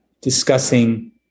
discussing